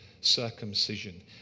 circumcision